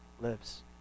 lives